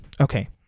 Okay